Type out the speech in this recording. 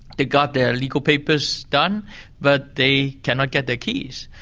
they've got their legal papers done but they cannot get their keys.